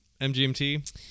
mgmt